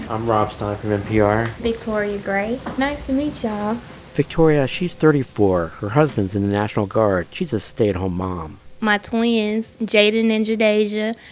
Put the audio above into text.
i'm rob stein from npr victoria gray. nice to meet y'all victoria, she's thirty four. her husband's in the national guard. she's a stay-at-home mom my twins jaden and jadasia,